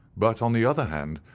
but, on the other hand,